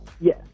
Yes